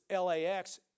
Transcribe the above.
LAX